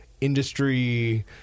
industry